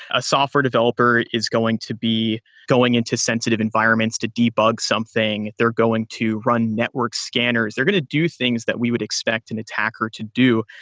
a software developer is going to be going into sensitive environments to debug something. they're going to run network scanners. they're going to do things that we would expect an attacker to do.